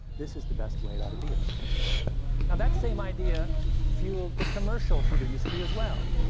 this is the best way it ought to be in this restaurant. now that same idea fueled the commercial food industry as well.